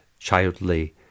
childly